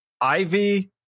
Ivy